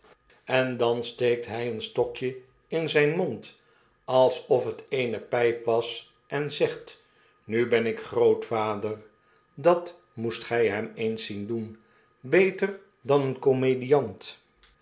en dan steekt hij een stokje in zijn mond alsof het eene pyp was en zegt nu ben ik grootvader dat moest gij hem eens zien doen beter dan een komediant